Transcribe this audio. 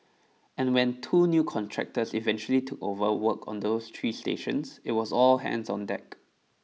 and when two new contractors eventually took over work on those three stations it was all hands on deck